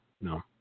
No